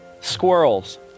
squirrels